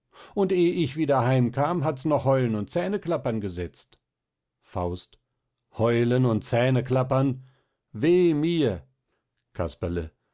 und eh ich wieder heim kam hats noch heulen und zähnklappern gesetzt faust heulen und zähnklappern weh mir casperle